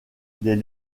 des